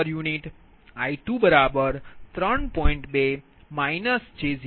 u I42 j0